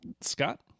Scott